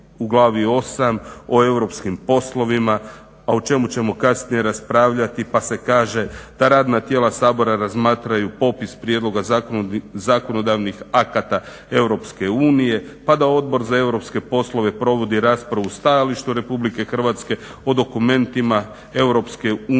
u Glavi VIII. o europskim poslovima a o čemu ćemo kasnije raspravljati pa se kaže da radna tijela Sabora razmatraju popis prijedloga zakonodavnih akata EU, pa da Odbor za europske poslove provodi raspravu o stajalištu Republike Hrvatske, o dokumentima EU